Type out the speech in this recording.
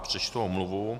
Přečtu omluvu.